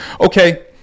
Okay